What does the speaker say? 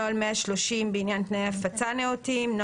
נוהל 130 לעניין תנאי הפצה נאותים,